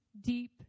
deep